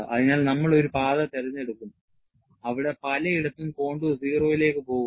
അതിനാൽ നമ്മൾ ഒരു പാത തിരഞ്ഞെടുക്കും അവിടെ പലയിടത്തും കോണ്ടൂർ 0 ലേക്ക് പോകുന്നു